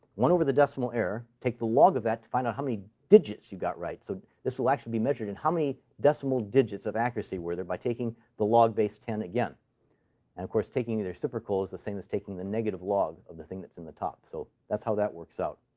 one over the decimal error. take the log of that to find out how many digits you've got right. so this will actually be measured in how many decimal digits of accuracy were there by taking the log base ten again. and of course, taking the the reciprocal is the same as taking the negative log of the thing that's in the top. so that's how that works out.